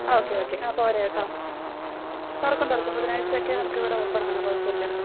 okay okay ആ പോരേ കെട്ടോ തുറക്കും തുറക്കും ബുധനാഴ്ചയൊക്കെ നമ്മള്ക്കിവിടെ ഓപ്പണാണ് കുഴപ്പമില്ല